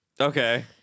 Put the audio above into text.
Okay